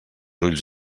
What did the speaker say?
ulls